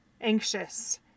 anxious